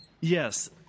Yes